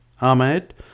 Ahmed